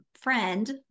friend